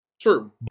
True